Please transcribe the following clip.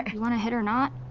you want a hit or not?